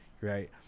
right